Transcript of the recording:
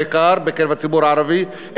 בעיקר בקרב הציבור הערבי.